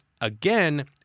again